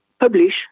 publish